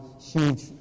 huge